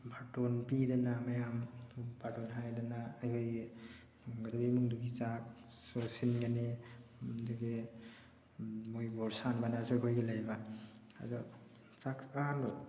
ꯕꯥꯔꯇꯣꯟ ꯄꯤꯗꯅ ꯃꯌꯥꯝ ꯕꯥꯔꯇꯣꯟ ꯍꯥꯏꯗꯅ ꯑꯩꯈꯣꯏꯒꯤ ꯂꯨꯍꯣꯡꯒꯗꯧꯔꯤꯕ ꯏꯃꯨꯡꯗꯨꯒꯤ ꯆꯥꯛꯁꯨ ꯁꯤꯟꯒꯅꯤ ꯑꯗꯨꯗꯒꯤ ꯃꯣꯏ ꯕꯣꯔ ꯁꯥꯟꯕꯅꯁꯨ ꯑꯩꯈꯣꯏꯒꯤ ꯂꯩꯕ ꯑꯗꯣ ꯆꯥꯛ